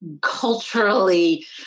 culturally